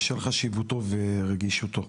בשל חשיבותו ורגישותו.